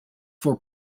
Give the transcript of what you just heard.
for